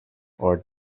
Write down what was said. our